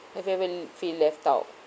have you been feel left out